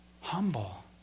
humble